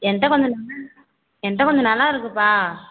என்ட்ட கொஞ்சம் என்ட்ட கொஞ்சம் நிலம் இருக்குதுப்பா